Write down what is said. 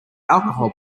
alcohol